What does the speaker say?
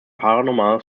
paranormal